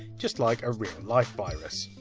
just like a real life virus.